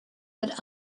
but